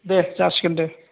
दे जासिगोन दे